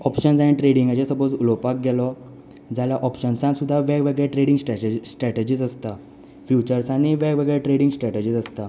option आनी ट्रेडींगाचें suppose उलोपाक गेलो जाल्या ऑप्शन्सान सुद्दा वेगवेगळे ट्रेडींग स्ट्रेटेजी स्ट्रेटजीस आसता फ्युचर्सानूय वेगवेगळे ट्रेडींग स्टेटर्जीस आसता